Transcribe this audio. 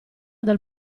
dal